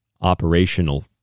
operational